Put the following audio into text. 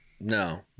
No